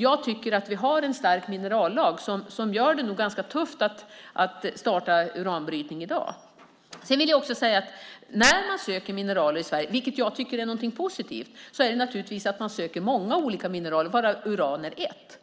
Jag tycker att vi har en stark minerallag som gör det ganska tufft att starta uranbrytning i dag. Sedan vill jag också säga att när man söker mineraler i Sverige, vilket jag tycker är positivt, söker man naturligtvis många olika mineraler varav uran är ett.